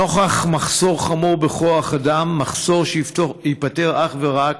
נוכח מחסור חמור בכוח אדם, מחסור שייפתר אך ורק